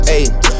Ayy